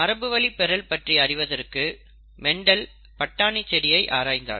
மரபுவழிப்பெறல் பற்றி அறிவதற்கு மெண்டல் பட்டாணி செடியை ஆராய்ந்தார்